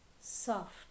soft